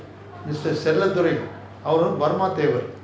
mister chelladurai அவர் தான்:avar thaan burma thevar